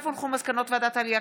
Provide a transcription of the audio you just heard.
מסקנות ועדת העלייה,